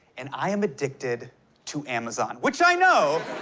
and i am addicted to amazon. which, i know,